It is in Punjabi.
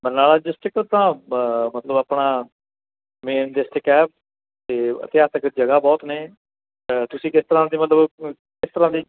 ਬਰਨਾਲਾ ਡਿਸਟਰਿਕਟ ਤਾਂ ਬ ਮਤਲਬ ਆਪਣਾ ਮੇਨ ਡਿਸਟਰਿਕਟ ਹੈ ਅਤੇ ਇਤਿਹਾਸਿਕ ਜਗ੍ਹਾ ਬਹੁਤ ਨੇ ਤੁਸੀਂ ਕਿਸ ਤਰ੍ਹਾਂ ਦੇ ਮਤਲਬ ਕਿਸ ਤਰ੍ਹਾਂ ਦੀ